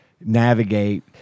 navigate